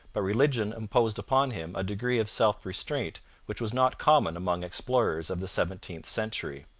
but religion imposed upon him a degree of self-restraint which was not common among explorers of the seventeenth century.